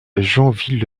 joinville